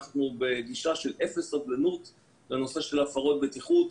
אנחנו בגישה של אפס סובלנות לנושא של הפרות בטיחות.